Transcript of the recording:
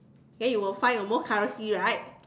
then you will find the most currency right